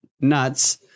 nuts